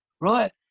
right